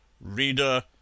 Reader